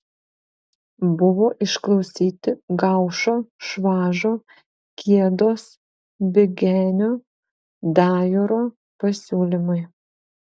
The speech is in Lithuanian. buvo išklausyti gaušo švažo kiedos bigenio dajoro pasiūlymai